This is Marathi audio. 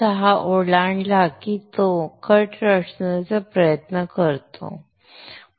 6 ओलांडला की तो कट करण्याचा प्रयत्न करतो